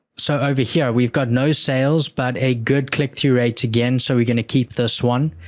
so, over here, we've got no sales, but a good click-through rate again, so, we're going to keep this one.